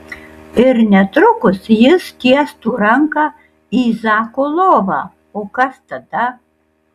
ir netrukus jis tiestų ranką į zako lovą o kas tada